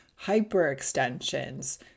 hyperextensions